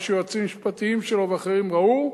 אחרי שיועצים משפטיים שלו ואחרים ראו,